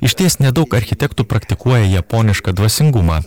išties nedaug architektų praktikuoja japonišką dvasingumą